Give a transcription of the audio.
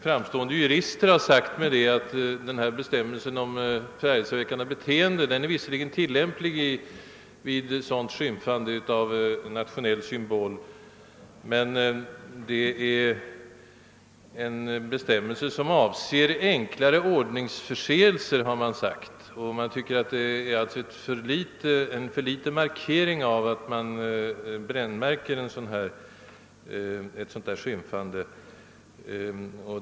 Framstående jurister har emellertid sagt mig att bestämmelserna om förargelseväckande beteende visserligen är tillämpliga vid skymfande av nationella symboler men att de bestämmelserna avser enklare ordningsförseelser. Att falla tillbaka på dessa bestämmelser innebär en alltför liten markering av att man brännmärker ett sådant skymfande.